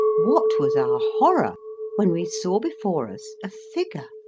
what was our horror when we saw before us a figure!